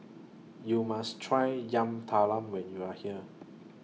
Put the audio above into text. YOU must Try Yam Talam when YOU Are here